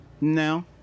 No